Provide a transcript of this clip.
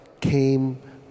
came